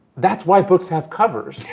that's why books have covers.